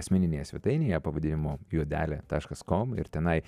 asmeninėje svetainėje pavadinimu juodele taškas kom ir tenai